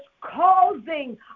causing